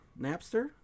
Napster